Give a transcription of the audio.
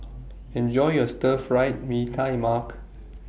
Enjoy your Stir Fried Mee Tai Mak